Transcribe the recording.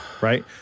right